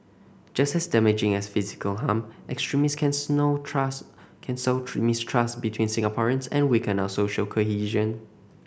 just as damaging as physical harm extremists can snow trust can sow mistrust between Singaporeans and weaken our social cohesion